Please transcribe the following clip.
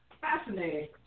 Fascinating